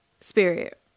spirit